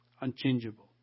unchangeable